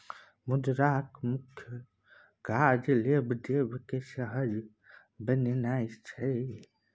मुद्राक मुख्य काज लेब देब केँ सहज बनेनाइ छै